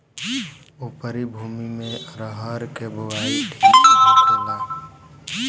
उपरी भूमी में अरहर के बुआई ठीक होखेला?